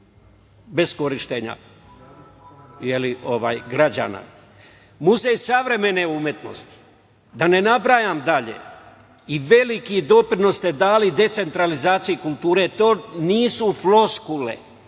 bez korišćenja građana. Muzej savremene umetnosti, da ne nabrajam dalje, i veliki doprinos ste dali decentralizaciji kulture. To nisu floskule,